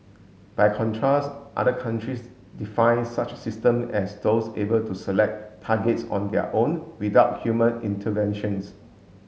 by contrast other countries define such system as those able to select targets on their own without human interventions